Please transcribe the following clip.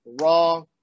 wrong